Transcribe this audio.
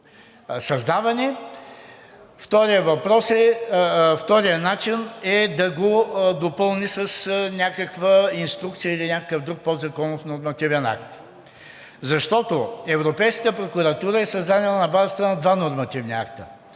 създаване. Вторият начин е да го допълни с някаква инструкция или някакъв друг подзаконов нормативен акт, защото Европейската прокуратура е създадена на базата на два нормативни акта.